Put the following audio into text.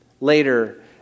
Later